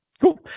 Cool